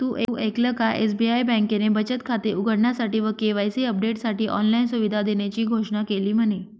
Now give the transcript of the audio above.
तु ऐकल का? एस.बी.आई बँकेने बचत खाते उघडण्यासाठी व के.वाई.सी अपडेटसाठी ऑनलाइन सुविधा देण्याची घोषणा केली म्हने